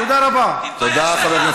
תודה רבה.